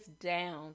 down